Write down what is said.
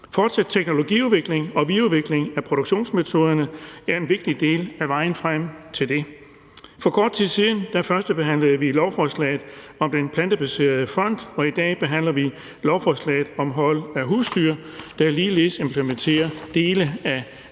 Fortsat teknologiudvikling og videreudvikling af produktionsmetoderne er en vigtig del af vejen frem til det. For kort tid siden førstebehandlede vi et lovforslag om Fonden for Plantebaserede Fødevarer, og i dag behandler vi lovforslaget om hold af husdyr, der ligeledes implementerer dele af